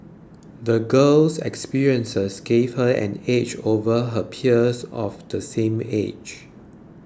the girl's experiences gave her an edge over her peers of the same age